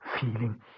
Feeling